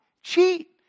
cheat